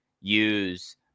use